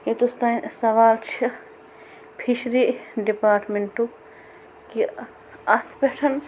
یوٚتَس تانۍ سوال چھِ فِشری ڈِپاٹمیٚنٛٹُک کہِ اَتھ پٮ۪ٹھ